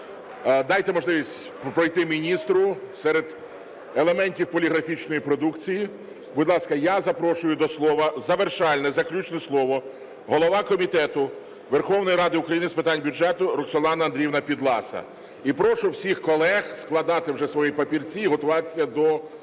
Дайте можливість пройти міністру серед елементів поліграфічної продукції. Будь ласка, я запрошую до слова, завершальне, заключне слово, голова Комітету Верховної Ради України з питань бюджету Роксолана Андріївна Підласа. І прошу всіх колег складати вже свої папірці і готуватися до